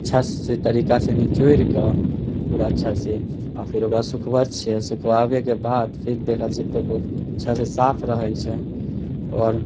अच्छा से तरीका से निचोड़ि कऽ पूरा अच्छा से आओर फिर ओकरा सुखबैत छियै सुखबाबैके बाद फिर देखैत छियै तऽ ओ अच्छा से साफ रहैत छै आओर